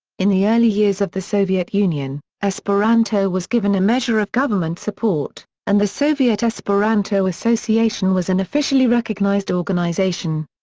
in the early years of the soviet union, esperanto was given a measure of government support, and the soviet esperanto association was an officially recognized organization.